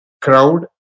crowd